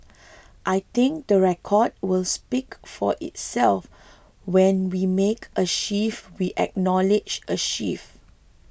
I think the record will speak for itself when we make a shift we acknowledge a shift